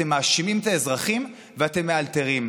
אתם מאשימים את האזרחים ואתם מאלתרים.